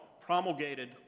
promulgated